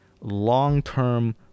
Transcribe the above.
long-term